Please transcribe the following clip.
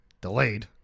delayed